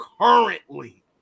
currently